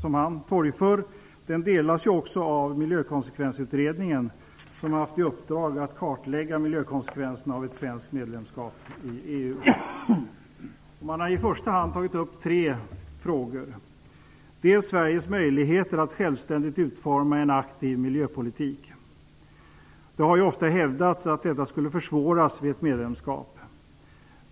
som han torgför delas också av Miljökonsekvensutredningen, som har haft i uppdrag att kartlägga miljökonsekvenserna av ett svenskt medlemskap i EU. Man har i första hand tagit upp tre frågor. En av dem har varit Sveriges möjligheter att självständigt utforma en aktiv miljöpolitik. Det har ofta hävdats att detta skulle försvåras vid ett medlemskap.